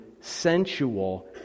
sensual